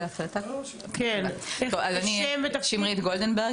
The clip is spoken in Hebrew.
אני שמרית גולדנברג,